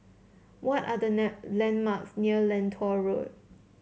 what are the landmarks near Lentor Road